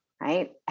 right